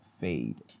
fade